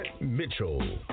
Mitchell